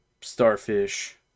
starfish